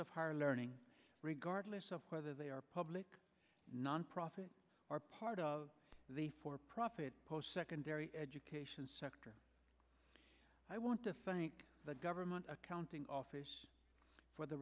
of higher learning regardless of whether they are public nonprofit are part of the for profit post secondary education sector i want to thank the government accounting office for the